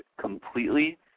completely